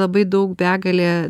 labai daug begalė